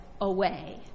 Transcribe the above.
away